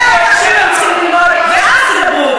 זה הלקח שאתם צריכים ללמוד, ואז תדברו.